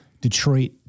detroit